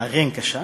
ע'ין קשה.